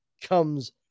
comes